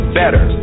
better